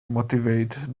motivate